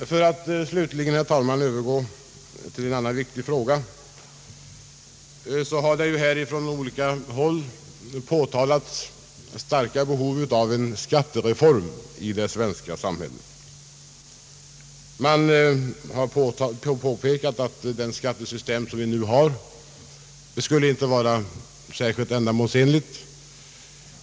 För att slutligen, herr talman, övergå till en annan viktig fråga vill jag beröra vad som påtalats från olika håll, nämligen det stora behovet av en skattereform. Det har påpekats att det skattesystem vi nu har inte skulle vara särskilt ändamålsenligt.